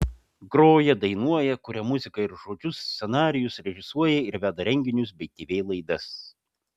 groja dainuoja kuria muziką ir žodžius scenarijus režisuoja ir veda renginius bei tv laidas